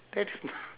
that's